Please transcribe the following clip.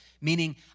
meaning